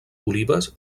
olives